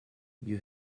you